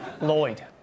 Lloyd